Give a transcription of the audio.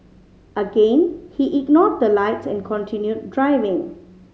again he ignored the lights and continued driving